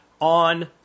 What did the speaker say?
on